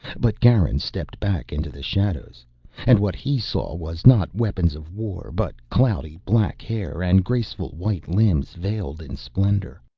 but garin stepped back into the shadows and what he saw was not weapons of war, but cloudy black hair and graceful white limbs veiled in splendor.